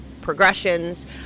progressions